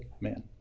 man